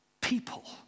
People